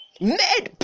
made